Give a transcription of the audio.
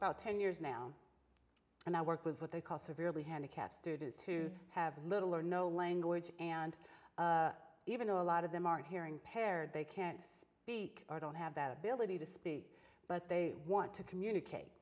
about ten years now and i work with what they call severely handicapped students who have little or no language and even though a lot of them are hearing pair they can't speak or don't have that ability to speak but they want to communicate